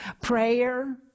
Prayer